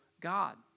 God